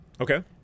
okay